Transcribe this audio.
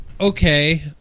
Okay